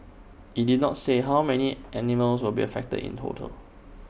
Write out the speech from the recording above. IT did not say how many animals will be affected in total